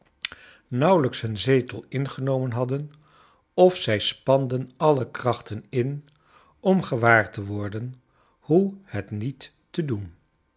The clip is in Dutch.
nauwelijks hun zetel ingenomen hadden of zij spanden alle krachten in om gewaar te worden hoe het niet te doen